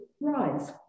rise